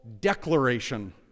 declaration